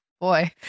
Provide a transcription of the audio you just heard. boy